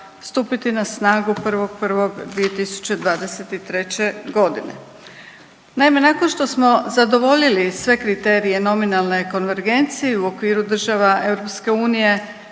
stupiti na snagu 1.1.2023.g. Naime, nakon što smo zadovoljili sve kriterije nominalne konvergencije i u okviru država EU